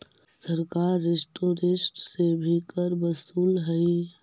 सरकार रेस्टोरेंट्स से भी कर वसूलऽ हई